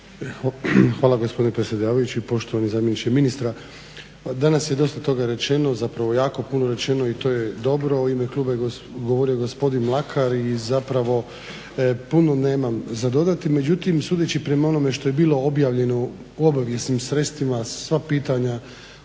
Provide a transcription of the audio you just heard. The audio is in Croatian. Hvala gospodine predsjedavajući. Poštovani zamjeniče ministra. Danas je dosta toga rečeno, zapravo jako puno rečeno i to je dobro. U ime kluba je govorio gospodin Mlakar i zapravo puno nemam za dodati, međutim sudeći prema onome što je bilo objavljeno u obavijesnim sredstvima, sva pitanja